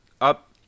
up